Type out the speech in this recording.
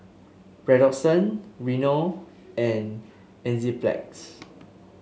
Redoxon Rene and Enzyplex